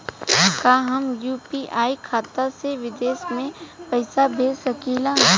का हम यू.पी.आई खाता से विदेश म पईसा भेज सकिला?